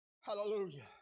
Hallelujah